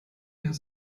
heißt